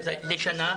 שנה.